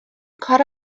کار